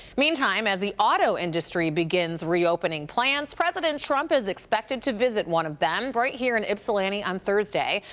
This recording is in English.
meantime, as the auto industry begins reopening plants, president trump is expected to visit one of them right here in ypsilanti on thursday.